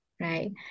right